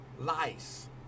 Lice